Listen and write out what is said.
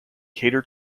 cater